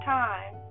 time